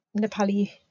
Nepali